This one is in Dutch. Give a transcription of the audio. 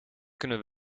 kunnen